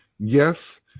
Yes